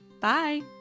Bye